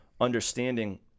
understanding